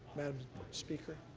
madam speaker.